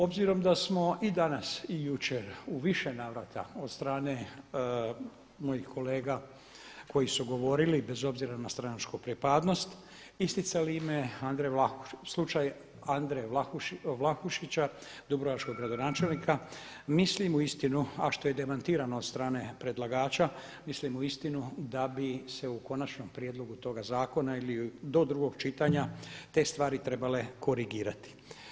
Obzirom da smo i danas i jučer u više navrata od strane mojih kolega koji su govorili, bez obzira na stranačku pripadnost, isticali slučaj Andre Vlahušića, dubrovačkog gradonačelnika, mislim uistinu, a što je demantirano od strane predlagača, mislim uistinu da bi se u konačnom prijedlogu toga zakona ili do drugog čitanja te stvari trebale korigirati.